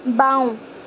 বাওঁ